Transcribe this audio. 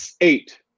eight